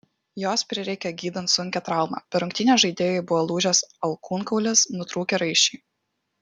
jos prireikė gydant sunkią traumą per rungtynes žaidėjui buvo lūžęs alkūnkaulis nutrūkę raiščiai